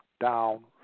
down